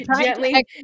gently